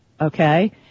Okay